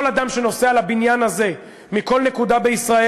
כל אדם שנוסע לבניין הזה מכל נקודה בישראל